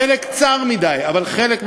חלק צר מדי, אבל חלק מהאוכלוסייה,